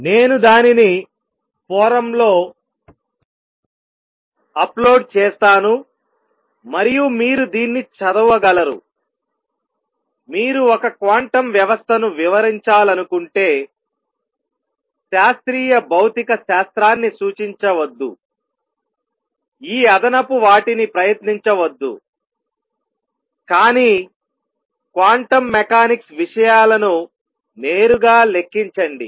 నేను దానిని ఫోరమ్లో అప్లోడ్ చేస్తాను మరియు మీరు దీన్ని చదవగలరు మీరు ఒక క్వాంటం వ్యవస్థను వివరించాలనుకుంటే శాస్త్రీయ భౌతిక శాస్త్రాన్ని సూచించవద్దు ఈ అదనపు వాటిని ప్రయత్నించవద్దు కానీ క్వాంటం మెకానిక్స్ విషయాలను నేరుగా లెక్కించండి